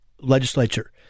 legislature